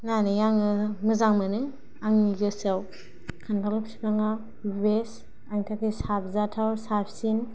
होननानै आङो मोजां मोनो आंनि गोसोआव खान्थाल फिफाङा बेस्ट आंनि थाखाय साबजाथाव साबसिन